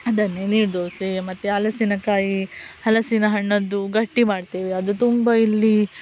ಅದನ್ನೇ ನೀರು ದೋಸೆ ಮತ್ತೆ ಹಲಸಿನಕಾಯಿ ಹಲಸಿನ ಹಣ್ಣದ್ದು ಗಟ್ಟಿ ಮಾಡ್ತೇವೆ ಅದು ತುಂಬ ಇಲ್ಲಿ